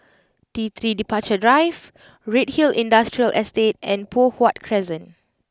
T three Departure Drive Redhill Industrial Estate and Poh Huat Crescent